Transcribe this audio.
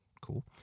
Cool